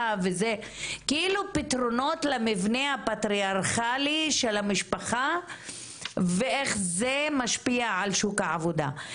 כאילו פתרונות למבנה הפטריארכלי של המשפחה ואיך זה משפיע על שוק העבודה,